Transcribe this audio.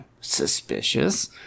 suspicious